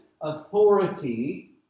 authority